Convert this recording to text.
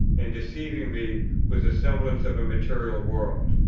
and deceiving me with the semblance of a material world.